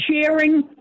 sharing